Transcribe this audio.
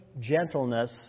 gentleness